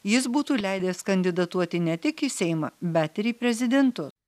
jis būtų leidęs kandidatuoti ne tik į seimą bet ir į prezidentus